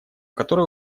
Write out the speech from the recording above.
которая